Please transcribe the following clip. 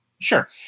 Sure